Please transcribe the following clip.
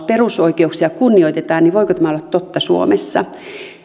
perusoikeuksia kunnioitetaan tämä olla totta